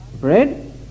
bread